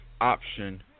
option